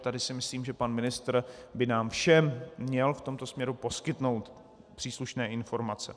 Tady si myslím, že pan ministr by nám všem měl v tomto směru poskytnout příslušné informace.